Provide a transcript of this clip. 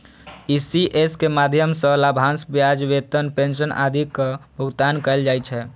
ECS के माध्यम सं लाभांश, ब्याज, वेतन, पेंशन आदिक भुगतान कैल जाइ छै